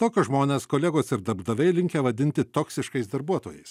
tokius žmones kolegos ir darbdaviai linkę vadinti toksiškais darbuotojais